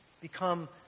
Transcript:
become